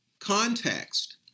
context